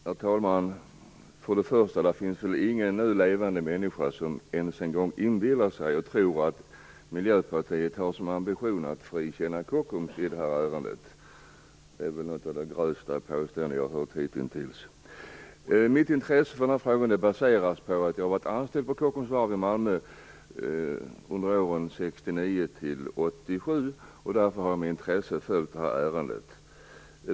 Herr talman! Först och främst vill jag säga att det nog inte finns någon nu levande människa som tror att Miljöpartiet har som ambition att frikänna Kockums i det här ärendet. Det är ett av de grövsta påståenden som jag har hört hittills. Mitt intresse för den här frågan baseras på att jag har varit anställd på Kockums varv i Malmö under åren 1969-1987. Därför har jag med intresse följt detta ärende.